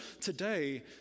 today